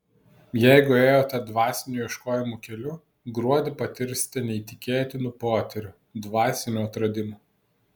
jeigu ėjote dvasinių ieškojimų keliu gruodį patirsite neįtikėtinų potyrių dvasinių atradimų